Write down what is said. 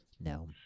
No